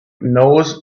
knows